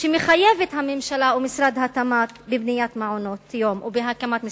שמחייב את הממשלה ומשרד התמ"ת בבניית מעונות-יום ובהקמת משפחתונים,